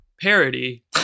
parody